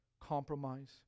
compromise